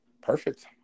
Perfect